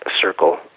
circle